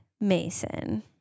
Mason